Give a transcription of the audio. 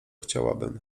chciałabym